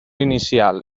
inicial